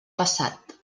passat